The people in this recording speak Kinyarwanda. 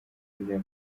bya